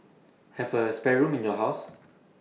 have A spare room in your house